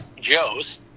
joes